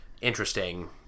interesting